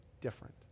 different